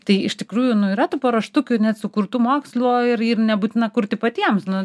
tai iš tikrųjų nu yra tų paruoštukių net sukurtų mokslo ir ir nebūtina kurti patiems nu